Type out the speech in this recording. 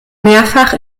mehrfach